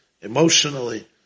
emotionally